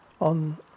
on